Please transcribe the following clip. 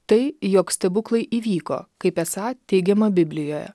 tai jog stebuklai įvyko kaip esą teigiama biblijoje